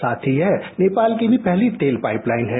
साथ ही यह नेपाल की भी पहली तेलपाइपलाइन है